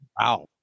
wow